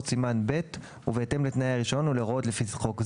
סימן ב' ובהתאם לתנאי הרישיון ולהוראות לפי חוק זה.